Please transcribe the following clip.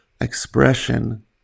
expression